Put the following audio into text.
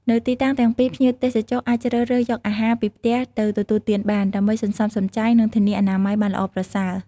នៅទីតាំងទាំងពីរ ភ្ញៀវទេសចរអាចជ្រើសរើសយកអាហារពីផ្ទះទៅទទួលទានបាន ដើម្បីសន្សំសំចៃនិងធានាអនាម័យបានល្អប្រសើរ។